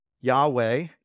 Yahweh